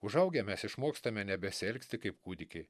užaugę mes išmokstame nebesielgti kaip kūdikiai